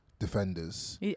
Defenders